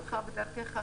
תודה רבה.